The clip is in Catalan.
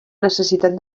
necessitat